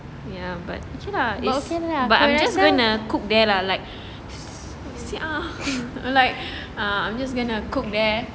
ya but okay lah but I'm just gonna cook there lah like sia like I'm just going to cook there